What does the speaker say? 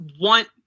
want